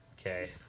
Okay